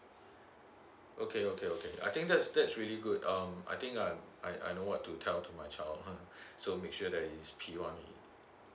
okay okay okay I think that's that's really good um I think uh I I know what to tell to my child so make sure that he's p one